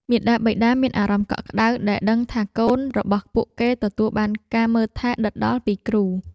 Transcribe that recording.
មាតាបិតាមានអារម្មណ៍កក់ក្តៅដែលដឹងថាកូនរបស់ពួកគេទទួលបានការមើលថែដិតដល់ពីគ្រូ។